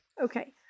Okay